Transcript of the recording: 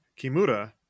Kimura